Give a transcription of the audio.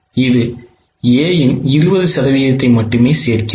இது A இன் 20 சதவீதத்தை மட்டுமே சேர்க்கிறது